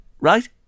right